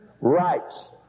rights